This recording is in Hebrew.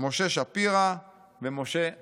משה שפירא ומשה שרתוק.